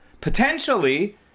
potentially